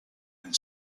and